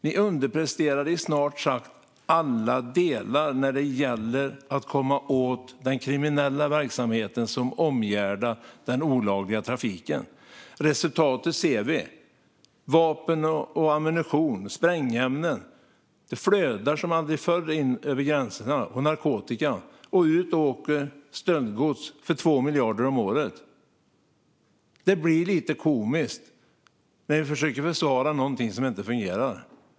Ni underpresterar i snart sagt alla delar när det gäller att komma åt den kriminella verksamhet som omgärdar den olagliga trafiken. Resultatet ser vi när vapen, ammunition, sprängämnen och narkotika flödar som aldrig förr in över gränserna, och ut åker stöldgods för 2 miljarder om året. Det blir lite komiskt när man försöker försvara någonting som inte fungerar.